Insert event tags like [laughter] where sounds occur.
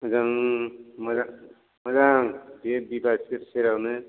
जों मोजां बे [unintelligible] सेर सेरावनो